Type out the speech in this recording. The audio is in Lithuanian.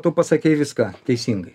tu pasakei viską teisingai